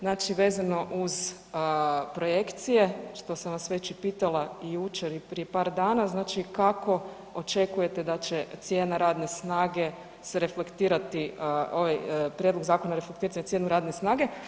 Znači, vezano uz projekcije, što sam vas već i pitala i jučer i prije par dana, znači kako očekujete da će cijena radne snage se reflektirati, ovaj prijedlog zakona reflektirati na cijenu radne snage.